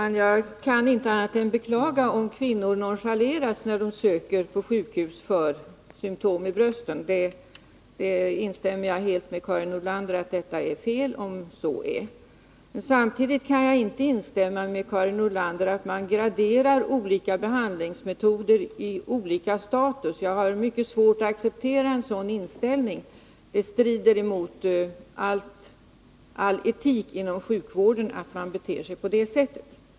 Fru talman! Jag kan inte annat än beklaga, om kvinnor nonchaleras när de söker hjälp på sjukhus för symtom i brösten. Jag instämmer helt med Karin Nordlander i att det är fel om så är fallet. Men samtidigt kan jag inte instämma med Karin Nordlander i att olika behandlingar inom sjukvården graderas så att de får olika status. Jag har mycket svårt att acceptera en sådan inställning, eftersom det strider mot all etik inom sjukvården att bete sig på det sättet.